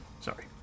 Sorry